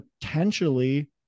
potentially